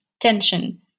Tension